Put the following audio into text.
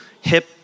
hip